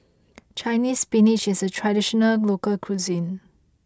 Chinese Spinach is a traditional local cuisine